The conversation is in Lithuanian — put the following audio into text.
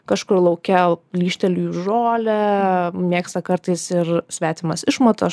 kažkur lauke lyžtelėjus žolę mėgsta kartais ir svetimas išmatas